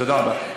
תודה רבה.